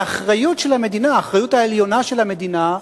והאחריות העליונה של המדינה,